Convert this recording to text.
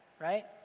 right